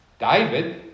David